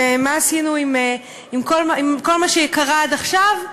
ומה עשינו עם כל מה שקרה עד עכשיו?